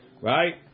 right